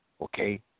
okay